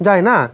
যায় না